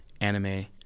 anime